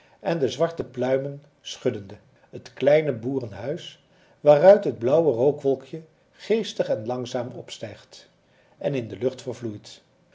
en de zwarte pluimen schuddende het kleine boerenhuis waaruit het blauwe rookwolkje geestig en langzaam opstijgt en in de lucht vervloeit